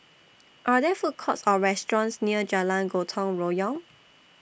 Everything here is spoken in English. Are There Food Courts Or restaurants near Jalan Gotong Royong